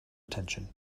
attention